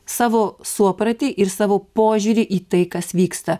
savo suopratį ir savo požiūrį į tai kas vyksta